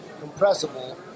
compressible